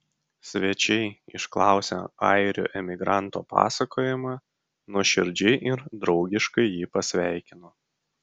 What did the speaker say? svečiai išklausę airio emigranto pasakojimą nuoširdžiai ir draugiškai jį pasveikino